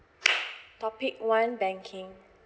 topic one banking